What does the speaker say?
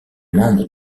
membre